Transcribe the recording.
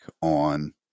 on